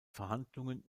verhandlungen